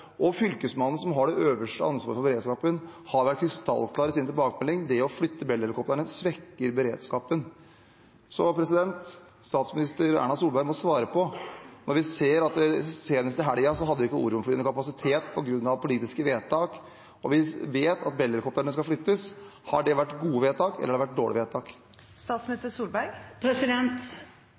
øverste ansvaret for beredskapen, har vært krystallklar i sin tilbakemelding: Det å flytte Bell-helikoptrene svekker beredskapen. Så statsminister Erna Solberg må svare på dette: Senest i helgen hadde ikke Orion-flyene kapasitet på grunn av politiske vedtak, og vi vet at Bell-helikoptrene skal flyttes. Har det vært gode vedtak eller har det vært dårlige vedtak?